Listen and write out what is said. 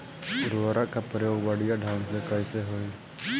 उर्वरक क प्रयोग बढ़िया ढंग से कईसे होई?